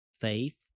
faith